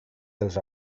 els